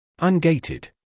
Ungated